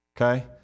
okay